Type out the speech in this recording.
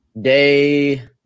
day